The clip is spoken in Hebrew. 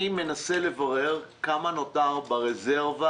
אני מנסה לברר כמה נותר ברזרבה